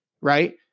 right